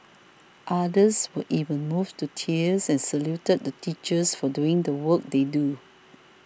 others were even moved to tears and saluted the teachers for doing the work they do